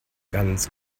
ganz